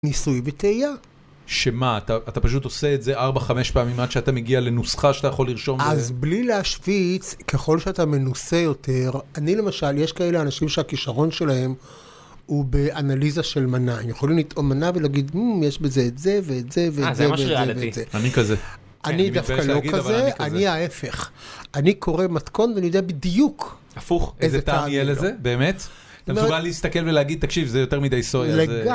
ניסוי וטעייה. שמה? אתה פשוט עושה את זה 4-5 פעמים עד שאתה מגיע לנוסחה שאתה יכול לרשום. אז בלי להשוויץ, ככל שאתה מנוסה יותר, אני למשל, יש כאלה אנשים שהכישרון שלהם הוא באנליזה של מנה. הם יכולים לטעום מנה ולהגיד, יש בזה את זה ואת זה ואת זה ואת זה. אה, זה ממש ריאלטי. אני כזה. אני דווקא לא כזה, אני ההפך. אני קורא מתכון ואני יודע בדיוק איזה טעם יהיה לו. הפוך, איזה טעם יהיה לזה, באמת? אתה מסוגל להסתכל ולהגיד, תקשיב, זה יותר מדי סויה זה... וגם.